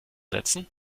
setzen